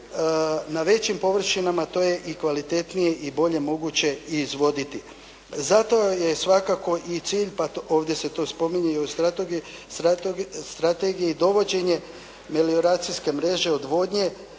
na većim površinama to je i kvalitetnije i bolje moguće i izvoditi. Zato je svakako i cilj pa ovdje se to spominje i u strategiji dovođenje melioracijske mreže odvodnje